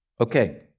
Okay